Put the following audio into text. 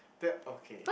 that okay